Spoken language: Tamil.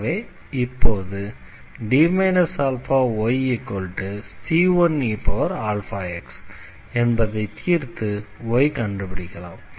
ஆகவே இப்போது D αyc1eαx என்பதை தீர்த்து yஐ கண்டுபிடிக்கலாம்